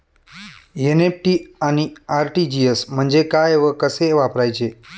NEFT आणि RTGS म्हणजे काय व कसे वापरायचे?